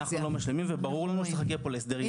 אנחנו לא משלימים וברור לנו שצריך להגיע פה להסדר ייחודי,